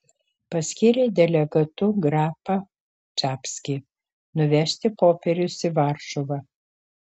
paskyrė delegatu grapą čapskį nuvežti popierius į varšuvą